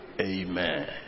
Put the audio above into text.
Amen